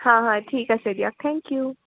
হয় হয় ঠিক আছে দিয়ক থেংক ইউ